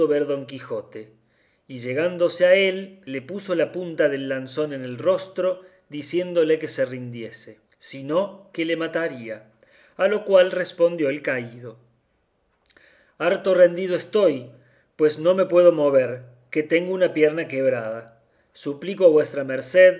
don quijote y llegándose a él le puso la punta del lanzón en el rostro diciéndole que se rindiese si no que le mataría a lo cual respondió el caído harto rendido estoy pues no me puedo mover que tengo una pierna quebrada suplico a vuestra merced